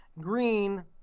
Green